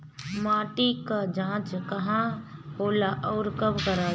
माटी क जांच कहाँ होला अउर कब कराई?